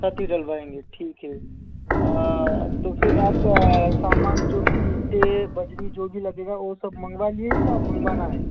छत ही डलवाएंगे ठीक है तो फिर आप सामान जो कि ईटें बजरी जो भी लगेगा वो सब मंगवा लिए हैं या मंगवाना है